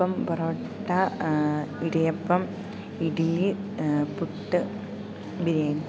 അപ്പം പൊറോട്ട ഇടിയപ്പം ഇഡ്ഡലി പുട്ട് ബിരിയാണി